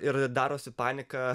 ir darosi panika